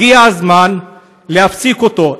הגיע הזמן להפסיק אותו.